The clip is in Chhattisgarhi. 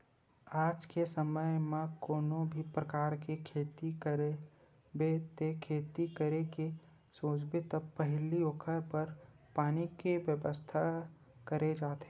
आज के समे म कोनो भी परकार के खेती करबे ते खेती करे के सोचबे त पहिली ओखर बर पानी के बेवस्था करे जाथे